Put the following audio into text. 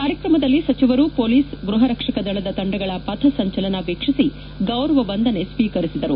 ಕಾರ್ಯಕ್ರಮದಲ್ಲಿ ಸಚಿವರು ಪೊಲೀಸ್ ಗೃಹ ರಕ್ಷಕ ದಳದ ತಂಡಗಳ ಪಥಸಂಚಲನವನ್ನು ವೀಕ್ಷಿಸಿ ಗೌರವ ವಂದನೆಯನ್ನು ಸ್ವೀಕರಿಸಿದರು